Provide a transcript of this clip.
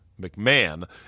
McMahon